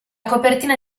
copertina